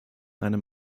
einem